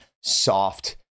soft